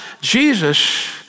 Jesus